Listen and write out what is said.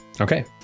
Okay